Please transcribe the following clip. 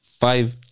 Five